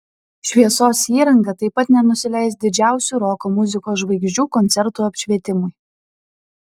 šviesos įranga taip pat nenusileis didžiausių roko muzikos žvaigždžių koncertų apšvietimui